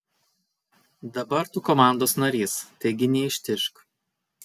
dabar tu komandos narys taigi neištižk